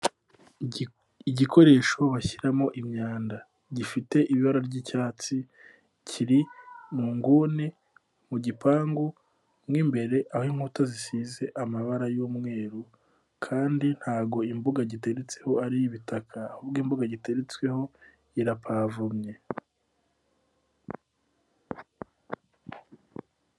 Igikoresho bashyiramo imyanda. Gifite ibara ry'icyatsi, kiri mu nguni, mu gipangu, mo mbere aho inkuta zisize amabara y'umweru kandi ntago imbuga giteretseho ari iy'ibitaka, ahubwo imbuga giteretsweho irapavomye.